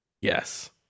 yes